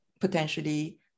potentially